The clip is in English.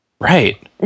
right